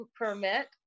permit